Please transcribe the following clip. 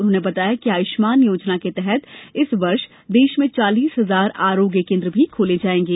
उन्होंने बताया कि आयुष्मान योजना के तहत इस वर्ष देश में चालीस हजार आरोग्य केन्द्र भी खोले जायेंगे